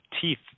teeth